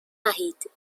نهید